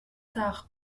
tard